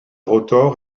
rotor